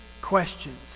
questions